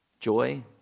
Joy